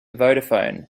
vodafone